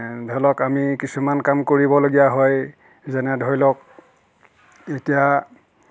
ধৰি লওক আমি কিছুমান কাম কৰিবলগীয়া হয় যেনে ধৰি লওক এতিয়া